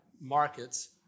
markets